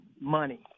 money